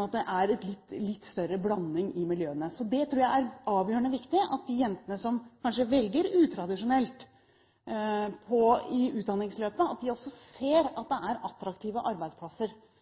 at det er en litt større blanding i miljøene. Så jeg tror det er avgjørende viktig at de jentene som kanskje velger utradisjonelt i utdanningsløpet, også ser at det er attraktive arbeidsplasser